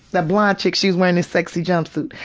that blonde chick, she was wearing this sexy jumpsuit.